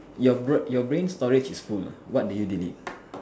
your your brain storage is full what do you delete